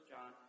John